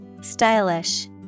Stylish